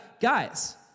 Guys